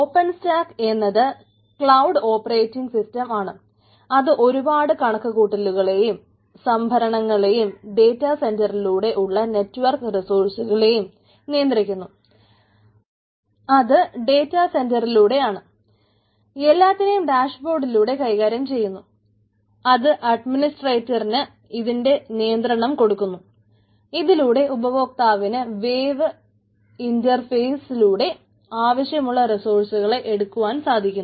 open stack എന്നത് cloud operating system ആവശ്യമുള്ള റിസോഴ്സുകളെ എടുക്കുവാൻ സഹായിക്കുന്നു